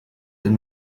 den